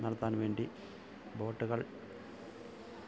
നടത്താൻ വേണ്ടി ബോട്ട്കൾ